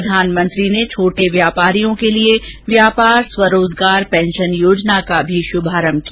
प्रधानमंत्री ने छोटे व्यापारियों के लिए व्यापार स्वरोजगार पेंशन योजना का भी शुभारम्भ किया